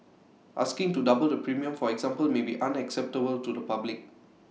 asking to double the premium for example may be unacceptable to the public